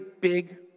big